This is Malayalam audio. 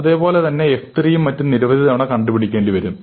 അതേപോലെതന്നെ f 3 യും മറ്റും നിരവധി തവണ കണ്ടുപിടിക്കേണ്ടി വരും